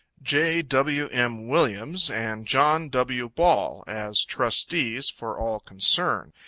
j. w. m. williams, and john w. ball, as trustees for all concerned,